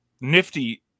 nifty